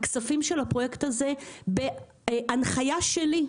הכספים של הפרויקט הזה בהנחיה שלי,